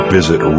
Visit